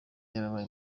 yarabaye